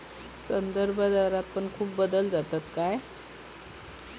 संदर्भदरात पण खूप बदल जातत काय?